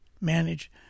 manage